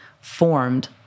formed